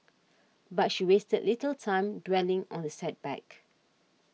but she wasted little time dwelling on the setback